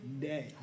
day